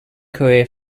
career